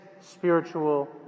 spiritual